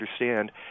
understand